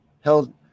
held